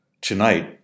Tonight